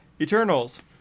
Eternals